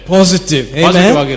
Positive